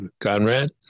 Conrad